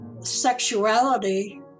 sexuality